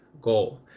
goal